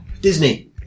Disney